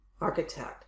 architect